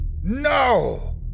No